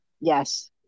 Yes